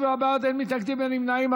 47 בעד, אין מתנגדים, אין נמנעים.